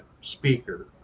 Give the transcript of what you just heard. speaker